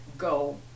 go